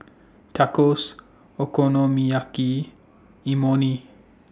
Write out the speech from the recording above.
Tacos Okonomiyaki Imoni